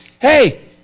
hey